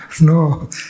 no